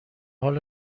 حال